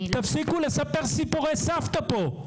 תספיקו לספר סיפורי סבתא פה.